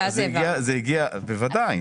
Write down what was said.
בוודאי.